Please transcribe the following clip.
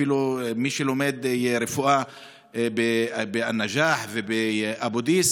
אפילו מי שלומדים רפואה בא-נג'אח ובאבו דיס